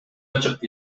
ачык